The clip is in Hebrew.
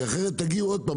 כי אחרת תגיעו עוד פעם,